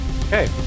Okay